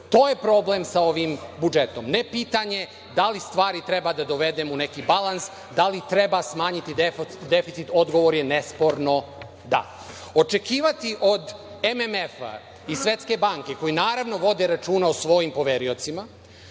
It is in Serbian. To je problem sa ovim budžetom, ne pitanje da li stvari treba da dovedemo u neki balans, da li treba smanjiti deficit. Odgovor je nesporno – da. Očekivati od MMF i Svetske banke, ko je naravno vode računa o svojim poveriocima